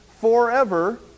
forever